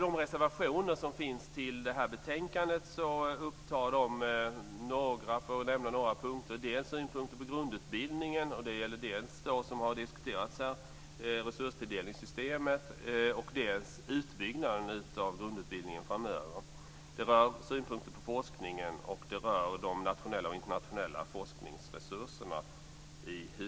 De reservationer som finns i betänkandet innehåller, för att nämna några punkter, bl.a. synpunkter på grundutbildningen. Det handlar då dels om resurstilldelningssystemet, som har diskuterats här, dels om utbyggnaden av grundutbildningen framöver. Vidare innehåller de i huvudsak synpunkter på forskningen och på de nationella och internationella forskningsresurserna.